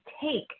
take